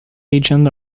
agent